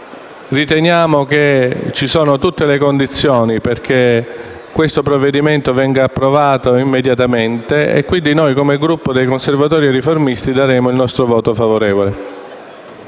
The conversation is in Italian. riteniamo che ci siano anche tutte le condizioni perché questo provvedimento venga approvato immediatamente. Quindi noi, come Gruppo dei Conservatori e Riformisti, esprimeremo un voto favorevole.